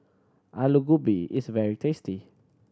Aloo Gobi is very tasty